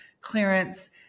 clearance